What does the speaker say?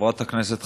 חברת הכנסת,